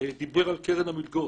דיבר על קרן המלגות.